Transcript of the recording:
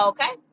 Okay